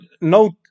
note